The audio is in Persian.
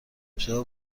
ابتدا